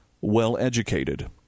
well-educated